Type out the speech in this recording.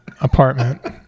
apartment